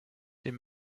dem